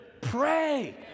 pray